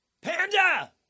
Panda